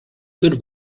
good